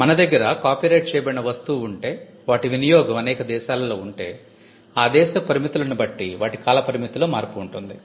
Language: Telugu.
మన దగ్గర కాపీరైట్ చేయబడిన వస్తువు ఉంటే వాటి వినియోగం అనేక దేశాలలో ఉంటే ఆ దేశపు పరిమితులను బట్టి వాటి కాల పరిమితిలో మార్పు ఉంటుంది